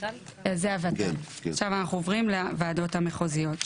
עכשיו אנחנו עוברים לוועדות המחוזיות.